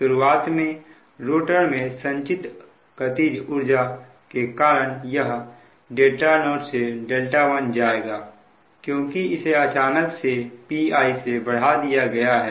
शुरुआत में रोटर में संचित अतिरिक्त ऊर्जा के कारण यह δ0 से δ1 जाएगा क्योंकि इसे अचानक से Pi से बढ़ा दिया गया है